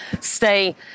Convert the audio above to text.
stay